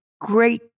great